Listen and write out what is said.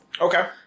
Okay